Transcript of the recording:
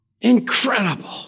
Incredible